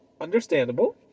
Understandable